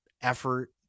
effort